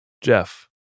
jeff